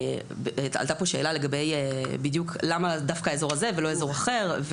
עלתה פה שאלה לגבי בדיו' למה דווקא אזור הזה ולא אזור אחר,